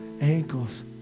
ankles